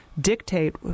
dictate